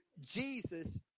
Jesus